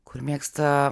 kur mėgsta